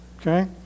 okay